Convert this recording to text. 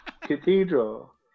cathedral